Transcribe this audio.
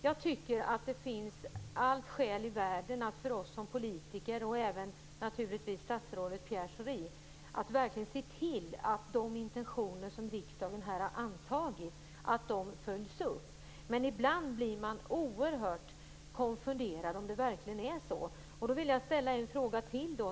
Jag tycker att det finns allt skäl i världen för oss som politiker och naturligtvis även för statsrådet Pierre Schori att verkligen se till att de intentioner som riksdagen har antagit följs upp. Men ibland blir man oerhört konfunderad och undrar om det verkligen är så.